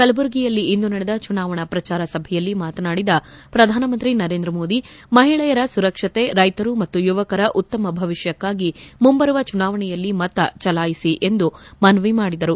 ಕಲ್ಲುರ್ಗಿಯಲ್ಲಿ ಇಂದು ನಡೆದ ಚುನಾವಣಾ ಪ್ರಚಾರ ಸಭೆಯಲ್ಲಿ ಮಾತನಾಡಿದ ಪ್ರಧಾನಮಂತ್ರಿ ನರೇಂದ್ರ ಮೋದಿ ಮಹಿಳೆಯರ ಸುರಕ್ತತೆ ರ್ಲೆತರು ಮತ್ತು ಯುವಕರ ಉತ್ತಮ ಭವಿಷ್ಣಕಾಗಿ ಮುಂಬರುವ ಚುನಾವಣೆಯಲ್ಲಿ ಮತ ಚಲಾಯಿಸಿ ಎಂದು ಮನವಿ ಮಾಡಿದರು